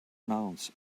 nouns